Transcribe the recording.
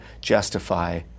justify